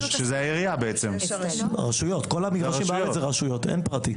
כל המגרשים בארץ זה רשויות, אין פרטי.